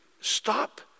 stop